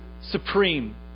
supreme